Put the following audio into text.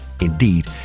Indeed